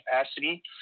capacity